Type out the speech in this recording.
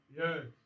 yes